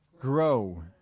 grow